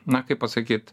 na kaip pasakyt